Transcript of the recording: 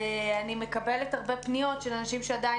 אני מקבלת הרבה פניות של אנשים שעדיין